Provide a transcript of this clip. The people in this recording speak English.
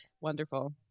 wonderful